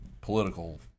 political